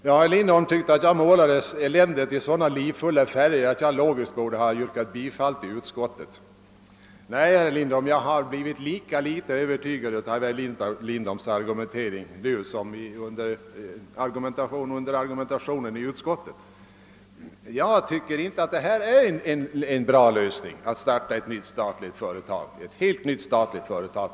Herr Lindholm tyckte att jag målade i så livfulla färger att jag logiskt sett borde yrka bifall till utskottets hemställan. Nej, herr Lindholm, jag har blivit lika litet övertygad av herr Lindholms argument nu som under hans argumentation i utskottet. Jag tycker inte att det är någon bra lösning att starta ett helt nytt statligt företag.